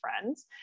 friends